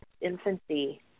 infancy